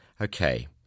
Okay